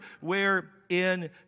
wherein